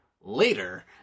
later